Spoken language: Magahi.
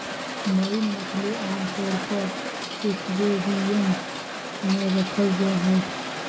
मरीन मछली आमतौर पर एक्वेरियम मे रखल जा हई